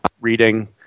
reading